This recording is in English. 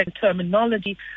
terminology